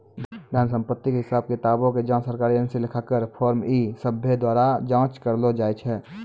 धन संपत्ति के हिसाब किताबो के जांच सरकारी एजेंसी, लेखाकार, फर्म इ सभ्भे द्वारा जांच करलो जाय छै